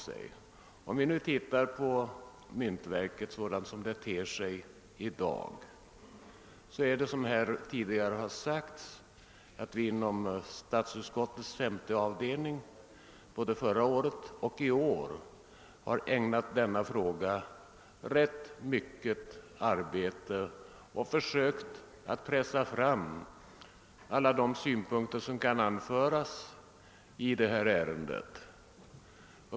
Som tidigare framhållits har vi inom statsutskottets femte avdelning både förra året och i år ägnat denna fråga rätt mycket arbete och försökt pressa fram alla synpunkter som kan anföras i ärendet.